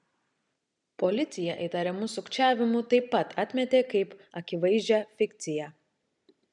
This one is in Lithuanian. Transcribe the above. policija įtarimus sukčiavimu taip pat atmetė kaip akivaizdžią fikciją